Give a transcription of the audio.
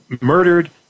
murdered